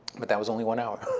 but that was only one hour.